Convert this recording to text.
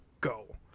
go